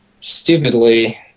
stupidly